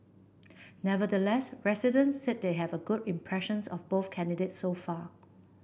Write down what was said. nevertheless residents said they have good impressions of both candidates so far